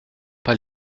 pas